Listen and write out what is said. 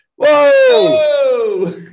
whoa